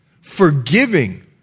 forgiving